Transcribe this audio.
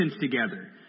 together